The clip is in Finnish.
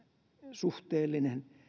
suhteellinen